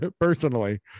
personally